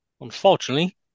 unfortunately